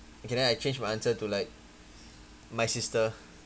okay then I change my answer to like my sister